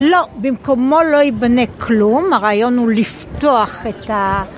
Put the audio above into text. לא, במקומו לא ייבנה כלום, הרעיון הוא לפתוח את ה...